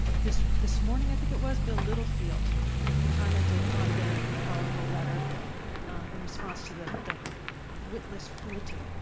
this this morning, i think it was, bill littlefield commented on their powerful letter in response to the the witless cruelty